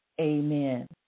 Amen